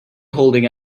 holding